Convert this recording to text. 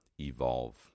evolve